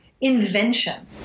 invention